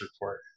Report